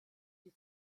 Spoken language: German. die